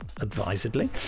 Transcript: Advisedly